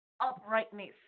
uprightness